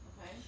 Okay